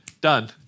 done